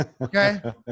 Okay